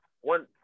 one